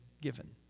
given